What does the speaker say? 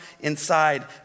inside